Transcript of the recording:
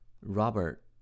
Robert